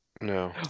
no